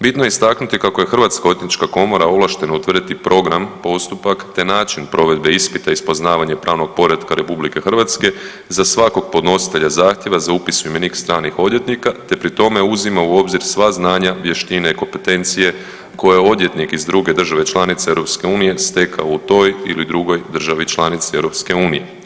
Bitno je istaknuti kako je Hrvatska odvjetnička komora ovlaštena utvrditi program, postupak, te način provedbe ispita iz poznavanja pravnog poretka RH za svakog podnositelja zahtjeva za upis u imenik stranih odvjetnika, te pri tome uzima u obzir sva znanja, vještine i kompetencije koje je odvjetnik iz druge države članice EU stekao u toj ili drugoj državi članici EU.